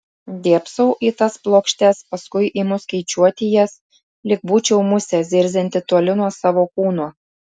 dėbsau į tas plokštes paskui imu skaičiuoti jas lyg būčiau musė zirzianti toli nuo savo kūno